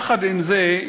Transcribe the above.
יחד עם זה,